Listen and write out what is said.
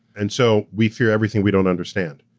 and so we fear everything we don't understand.